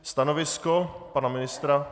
Stanovisko pana ministra?